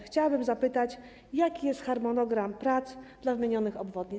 Chciałabym zapytać: Jaki jest harmonogram prac dla wymienionych obwodnic?